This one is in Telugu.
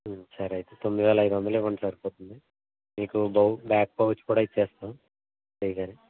సరే అయితే తొమ్మిది వేల ఐదొందలు ఇవ్వండి సరిపోతుంది మీకు బౌ బ్యాక్ పౌచ్ కూడా ఇచ్చేస్తాం ఫ్రీగానే